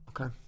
Okay